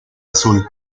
azul